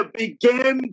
begin